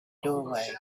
doorway